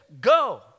Go